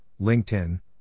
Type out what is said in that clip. LinkedIn